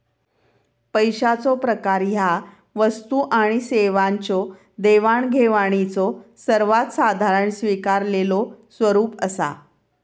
पैशाचो प्रकार ह्या वस्तू आणि सेवांच्यो देवाणघेवाणीचो सर्वात साधारण स्वीकारलेलो स्वरूप असा